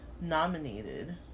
Nominated